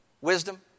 wisdom